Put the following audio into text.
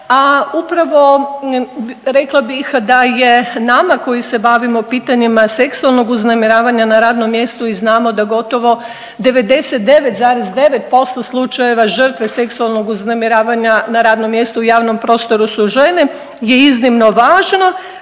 A upravo rekla bih da je nama koji se bavimo pitanjima seksualnog uznemiravanja na radnom mjestu i znamo da gotovo 99,9% slučajeva žrtve seksualnog uznemiravanja na radnom mjestu u javnom prostoru su žene je iznimno važno